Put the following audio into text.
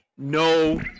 No